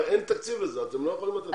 הרי אין תקציב לזה, אתם לא יכולים לתת מענה.